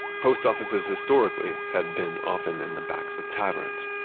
post offices historically had been often in the backs of taverns.